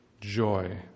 joy